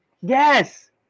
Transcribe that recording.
Yes